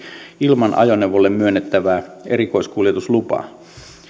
ilman ajoneuvolle myönnettävää erikoiskuljetuslupaa